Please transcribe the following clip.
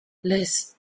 les